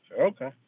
Okay